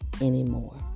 anymore